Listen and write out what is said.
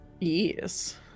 Yes